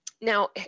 Now